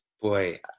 boy